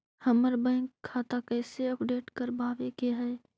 हमर बैंक खाता कैसे अपडेट करबाबे के है?